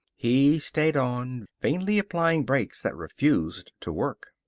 he stayed on, vainly applying brakes that refused to work.